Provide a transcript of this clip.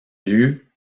lieu